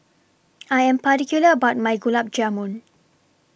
I Am particular about My Gulab Jamun